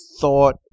thought